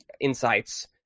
insights